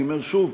אני אומר שוב,